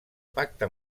pacte